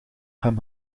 hem